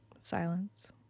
Silence